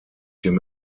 him